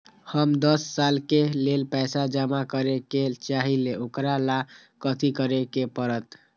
हम दस साल के लेल पैसा जमा करे के चाहईले, ओकरा ला कथि करे के परत?